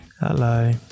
Hello